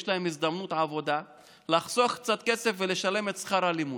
יש להם הזדמנות בעבודה לחסוך קצת כסף ולשלם את שכר הלימוד.